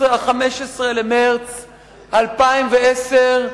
15 במרס 2010,